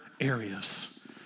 areas